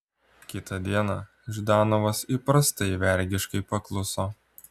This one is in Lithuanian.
kitą dieną ždanovas įprastai vergiškai pakluso